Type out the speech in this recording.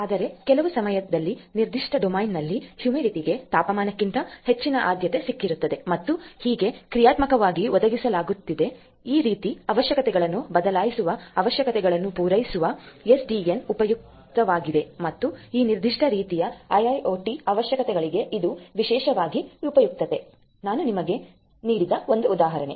ಆದರೆ ಕೆಲವು ಸಮಯಾಧಲ್ಲಿ ನಿರ್ದಿಶ್ಟ ಡೊಮೇನ್ ನಲ್ಲಿ ಹೂಮಿಡಿಟಿಗೆ ತಾಪಮಾನಕ್ಕಿಂತ ಹೆಚ್ಚಿನ ಆದ್ಯತೆ ಸಿಕ್ಕಿರುತ್ತದೆ ಮತ್ತು ಹೀಗೆ ಕ್ರಿಯಾತ್ಮಕವಾಗಿ ಒದಗಿಸಲಾಗುತ್ತದೆ ಈ ರೀತಿಯ ಅವಶ್ಯಕತೆಗಳನ್ನು ಬದಲಾಯಿಸುವ ಅವಶ್ಯಕತೆಗಳನ್ನು ಪೂರೈಸುವುದು ಎಸ್ಡಿಎನ್ ಉಪಯುಕ್ತವಾಗಿದೆ ಮತ್ತು ಈ ನಿರ್ದಿಷ್ಟ ರೀತಿಯ IIoT ಅವಶ್ಯಕತೆಗಳಿಗೆ ಇದು ವಿಶೇಷವಾಗಿ ಉಪಯುಕ್ತವಾಗಿದೆ ನಾನು ನಿಮಗೆ ನೀಡುವ ಉದಾಹರಣೆ